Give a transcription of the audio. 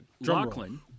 Lachlan